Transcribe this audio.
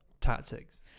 tactics